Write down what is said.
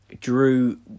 Drew